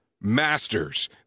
masters